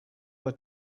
were